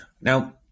Now